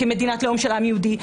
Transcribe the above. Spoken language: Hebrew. כמדינת לאום של העם היהודי,